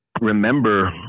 remember